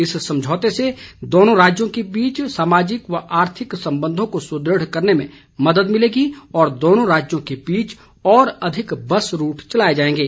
इस समझौते से दोनों राज्यों के बीच सामाजिक और आर्थिक संबंधों को सुदृढ़ करने में मदद मिलेगी और दोनों राज्यों के बीच और अधिक बस रूट चलाए जाएंगे